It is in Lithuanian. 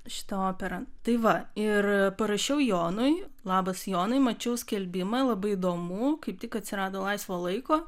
šitą operą tai va ir parašiau jonui labas jonai mačiau skelbimą labai įdomu kaip tik atsirado laisvo laiko